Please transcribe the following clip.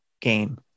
game